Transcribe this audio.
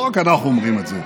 לא רק אנחנו אומרים את זה.